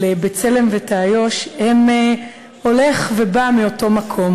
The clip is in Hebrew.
על "בצלם" ו"תעאיוש" הולך ובא מאותו מקום: